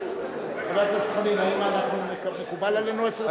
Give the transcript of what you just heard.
חבר הכנסת חנין, האם מקובל עלינו עשר דקות?